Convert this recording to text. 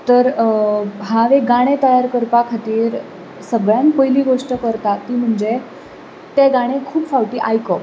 तर हांव एक गाणें तयार करपा खातीर सगळ्यांत पयली गोश्ट करता ती म्हणजे तें गाणें खूब फावटी आयकप